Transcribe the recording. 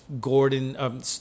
Gordon